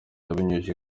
abinyujije